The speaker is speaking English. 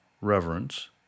reverence